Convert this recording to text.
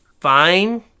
fine